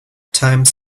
times